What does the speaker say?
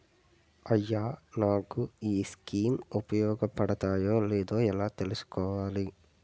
అయ్యా నాకు ఈ స్కీమ్స్ ఉపయోగ పడతయో లేదో ఎలా తులుసుకోవాలి?